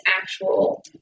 actual